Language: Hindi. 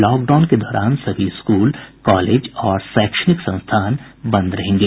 लॉकडाउन के दौरान सभी स्कूल कॉलेज और शैक्षणिक संस्थान बंद रहेंगे